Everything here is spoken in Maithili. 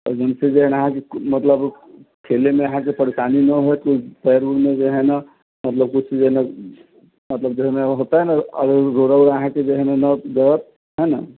मतलब खेलै मे अहाँके परेशानी नहि होत पैर ऊर मे जे है न मतलब किछु जेना मतलब जे होतै है न रोड़ा ऊरा अहाँके जे है न गरत है न